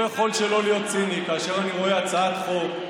אני לא יכול שלא להיות ציני כאשר אני רואה הצעת חוק,